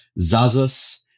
Zazas